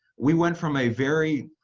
we went from a very